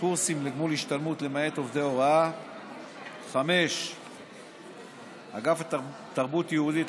קורסים לגמול השתלמות (למעט עובדי הוראה); 5. אגף תרבות יהודית,